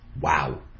Wow